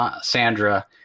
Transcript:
Sandra